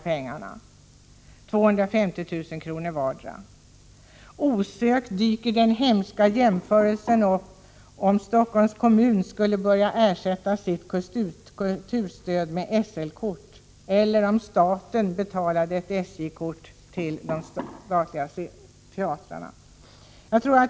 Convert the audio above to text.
vardera på flyget för dessa pengar. Osökt gör man den hemska jämförelsen hur det skulle uppfattas om Stockholms kommun skulle börja ersätta sitt kulturstöd med månadskort på SL för de anställda eller om staten skulle ersätta kulturstödet med årskort på SJ.